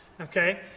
Okay